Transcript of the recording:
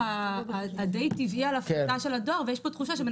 נירה שפק, בבקשה.